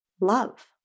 Love